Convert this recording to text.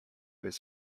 his